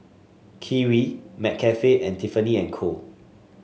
Kiwi McCafe and Tiffany And Co